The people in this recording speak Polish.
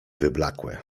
wyblakłe